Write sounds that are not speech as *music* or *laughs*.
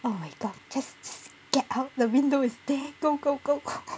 oh my god just get out the window it's there go go go go go *laughs*